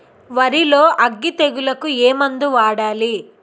వరిలో అగ్గి తెగులకి ఏ మందు వాడాలి?